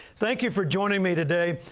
thank you for joining me today.